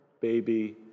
baby